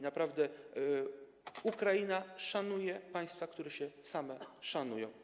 Naprawdę Ukraina szanuje państwa, które same się szanują.